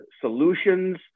solutions